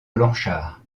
blanchard